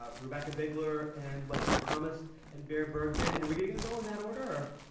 ah rebecca bigler and wesley thomas and bear bergman. and are we going to go in that order,